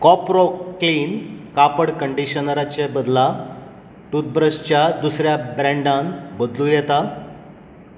कोपरो clean कापड कंडीशनरचे बदला टूथब्रशच्या दुसऱ्या ब्रँडान बदलूं येता